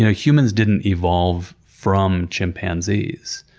yeah humans didn't evolve from chimpanzees.